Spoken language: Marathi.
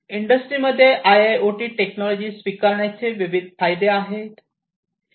इंडस्ट्रीमध्ये आयआयओटी टेक्नॉलॉजी स्वीकारण्याचे विविध फायदे आहेत